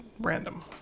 Random